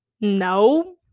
No